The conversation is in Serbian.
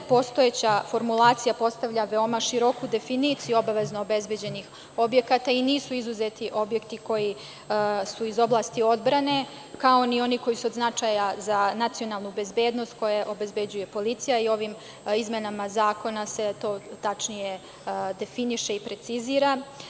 Postojeća formulacija postavlja veoma široku definiciju obavezno obezbeđenih objekata i nisu izuzeti objekti koji su iz oblasti odbrane, kao i oni koji su od značaja za nacionalnu bezbednost koju obezbeđuje policija i ovim izmenama zakona se to tačnije definiše i precizira.